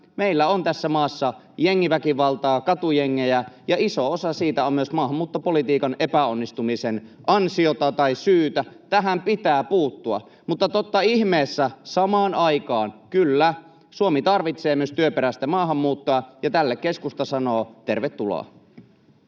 meillä on tässä maassa jengiväkivaltaa, katujengejä, ja iso osa siitä on myös maahanmuuttopolitiikan epäonnistumisen ansiota tai syytä. Tähän pitää puuttua, mutta totta ihmeessä samaan aikaan, kyllä, Suomi tarvitsee myös työperäistä maahanmuuttoa, ja tälle keskusta sanoo tervetuloa.